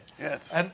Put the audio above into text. Yes